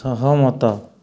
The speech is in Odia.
ସହମତ